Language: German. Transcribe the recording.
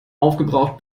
aufgebraucht